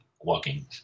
walking